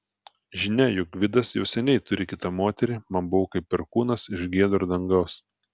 žinia jog gvidas jau seniai turi kitą moterį man buvo kaip perkūnas iš giedro dangaus